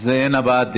אז אין הבעת דעה.